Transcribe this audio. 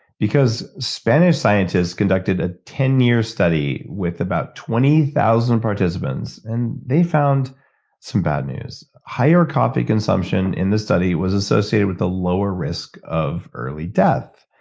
because spanish scientists conducted a ten-year study with about twenty thousand participants and they found some bad news. higher coffee consumption in the study was associated with a lower risk of early death.